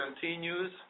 continues